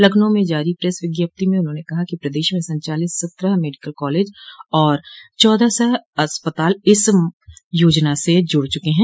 लखनऊ में जारी प्रेस विज्ञप्ति में उन्होंने कहा कि प्रदेश में संचालित सत्रह मेडिकल कॉलेज और चौदह सौ अस्पताल इस योजना से जुड़ चुके हैं